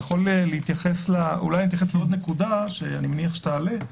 עוד נקודה שאני מניח שתעלה: